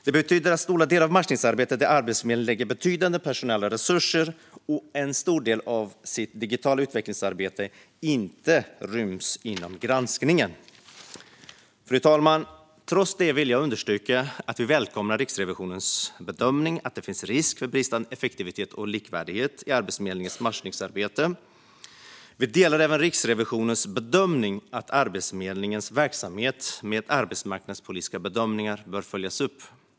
Det betyder att stora delar av det matchningsarbete som Arbetsförmedlingen lägger betydande personella resurser och en stor del av sitt digitala utvecklingsarbete på inte ryms inom granskningen. Fru talman! Trots det vill jag understryka att vi välkomnar Riksrevisionens bedömning att det finns risk för bristande effektivitet och likvärdighet i Arbetsförmedlingens matchningsarbete. Vi delar även Riksrevisionens bedömning att Arbetsförmedlingens verksamhet med arbetsmarknadspolitiska bedömningar bör följas upp.